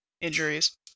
injuries